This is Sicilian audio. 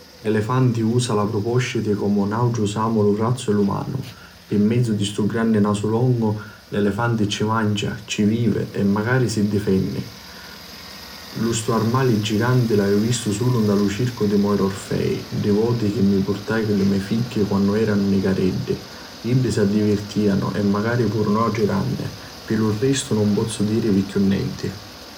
L'elifanti usa la prubosciti comu nuatri usamu lu vrazzu e li manu. Pi mezzu di stu granni nasu longu, l'elifanti ci mancia, ci vivi e macari si difenni. Iu st'armali giganti l'haiu vistu sulu a lu circu di Moira Orfei ddi voti chi ci purtai a li mei figghi quannu eranu nicareddi. Iddi si divirtianu e macari puru nuatri granni. Pi lu restu nun pozzu dirivi chiù nenti.